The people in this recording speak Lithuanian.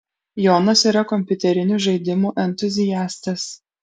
jonas yra kompiuterinių žaidimų entuziastas